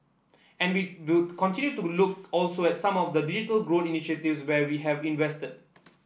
and we would continue to look also at some of the digital growth initiatives where we have invested